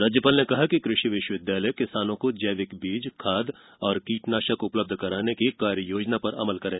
राज्यपाल ने कहा कि कृषि विश्वविद्यालय किसानों को जैविक बीज खाद और कीटनाशक उपलब्ध कराने की कार्ययोजना पर अमल करें